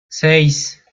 seis